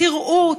תראו,